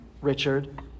Richard